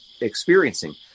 experiencing